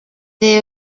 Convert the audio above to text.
they